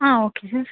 ah okay sis